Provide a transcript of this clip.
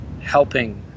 helping